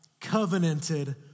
covenanted